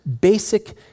basic